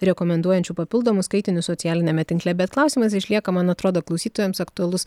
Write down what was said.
rekomenduojančių papildomus skaitinius socialiniame tinkle bet klausimas išlieka man atrodo klausytojams aktualus